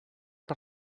per